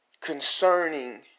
concerning